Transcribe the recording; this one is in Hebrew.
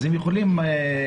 אז הם יכולים לבחור.